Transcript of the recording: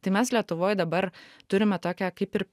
tai mes lietuvoj dabar turime tokią kaip ir